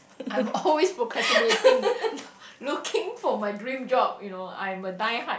I'm always procrastinating look looking for my dream job you know I'm a die hard